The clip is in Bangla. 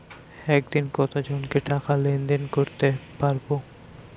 একদিন কত জনকে টাকা লেনদেন করতে পারবো?